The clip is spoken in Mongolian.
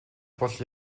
бол